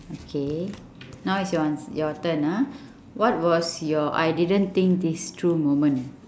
okay now is your ans~ your turn ah what was your I didn't think this through moment